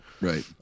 right